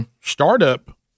startup